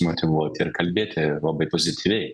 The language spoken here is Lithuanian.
motyvuoti ir kalbėti labai pozityviai